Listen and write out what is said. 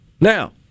Now